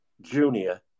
junior